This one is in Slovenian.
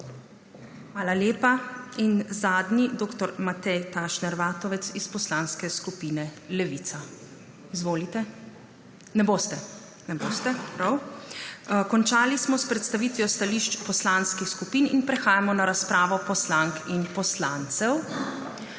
Hvala lepa. Zadnji, dr. Matej Tašner Vatovec iz Poslanske skupine Levica. Izvolite. Ne boste? (Ne.) Prav. Končali smo s predstavitvijo stališč poslanskih skupin in prehajamo na razpravo poslank in poslancev.